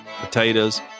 potatoes